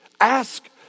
Ask